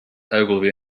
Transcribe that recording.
ogilvy